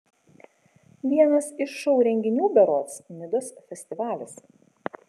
vienas iš šou renginių berods nidos festivalis